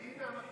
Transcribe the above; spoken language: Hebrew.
הינה, המקליטים.